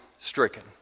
stricken